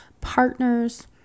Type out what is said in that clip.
partners